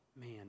man